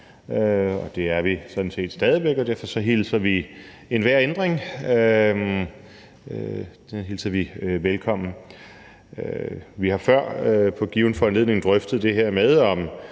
set stadig væk, og derfor hilser vi enhver ændring velkommen. Vi har før på given foranledning drøftet det her med, om